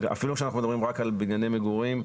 אפילו כשאנחנו מדברים רק על בנייני מגורים,